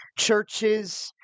churches